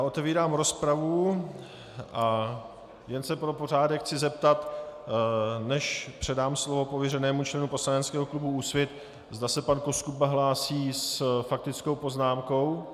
Otevírám rozpravu a jen se pro pořádek chci zeptat, než předám slovo pověřenému členu poslaneckého klubu Úsvit, zda se pan Koskuba hlásí s faktickou poznámkou.